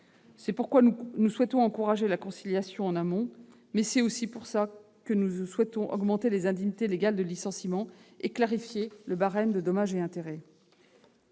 C'est pourquoi nous souhaitons encourager la conciliation en amont, mais aussi augmenter les indemnités légales de licenciement, et clarifier le barème de dommages et intérêts.